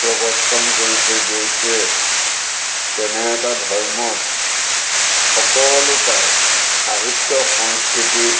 প্ৰৱৰ্তন কৰি থৈ গৈছে তেনে এটা ধৰ্মত সকলো পায় সাহিত্য সংস্কৃতি